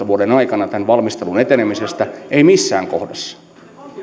vuoden aikana tämän valmistelun etenemisestä ei missään kohdassa